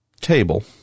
table